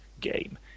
game